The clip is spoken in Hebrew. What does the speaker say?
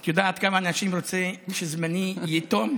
את יודעת כמה אנשים רוצים שזמני ייתם?